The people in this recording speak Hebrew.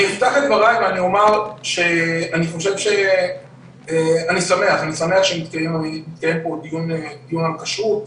אני אפתח את דבריי ואני אומר שאני שמח שהתקיים פה דיון על כשרות,